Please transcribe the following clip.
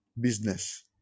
business